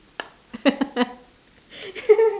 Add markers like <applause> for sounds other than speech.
<laughs>